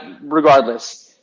regardless